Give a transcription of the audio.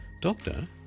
Doctor